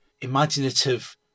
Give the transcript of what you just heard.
imaginative